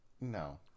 No